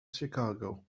chicago